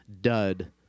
dud